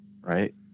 right